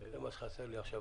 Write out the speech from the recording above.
זה מה שחסר לי עכשיו.